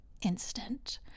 instant